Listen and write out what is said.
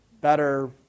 better